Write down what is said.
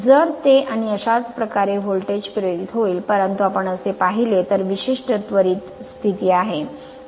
तर जर ते आणि अशाच प्रकारे व्होल्टेज प्रेरित होईल परंतु आपण असे पाहिले तर विशिष्ट त्वरित स्थिती आहे